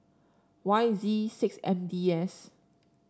Y Z six M D S